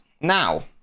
now